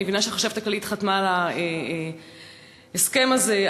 אני מבינה שהחשבת הכללית חתמה על ההסכם הזה,